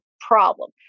problem